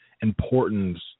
importance